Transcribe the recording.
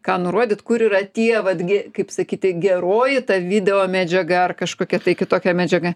ką nurodyt kur yra tie vatgi kaip sakyti geroji ta videomedžiaga ar kažkokia tai kitokia medžiaga